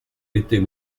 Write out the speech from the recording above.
était